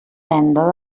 venda